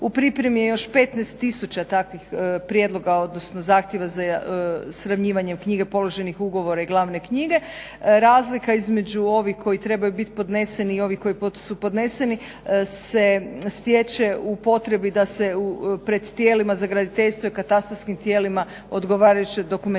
U pripremi je još 15000 takvih prijedloga, odnosno zahtjeva za sravnjivanjem knjige položenih ugovora i glavne knjige. Razlika između ovih koji trebaju bit podneseni i ovi koji su podneseni se stječe u potrebi da se pred tijelima za graditeljstvo i katastarskim tijelima odgovarajuća dokumentacija